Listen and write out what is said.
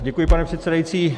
Děkuji, pane předsedající.